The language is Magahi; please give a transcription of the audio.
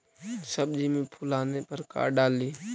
सब्जी मे फूल आने पर का डाली?